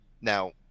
Now